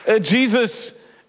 Jesus